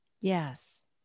Yes